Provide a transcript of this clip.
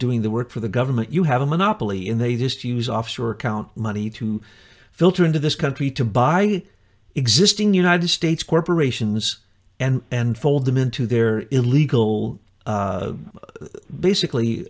doing the work for the government you have a monopoly in they just use offshore account money to filter into this country to buy existing united states corporations and and fold them into their illegal basically